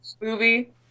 movie